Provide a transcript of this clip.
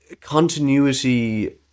continuity